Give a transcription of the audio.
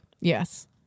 Yes